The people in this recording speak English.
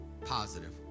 positive